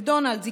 מקדונלד'ס,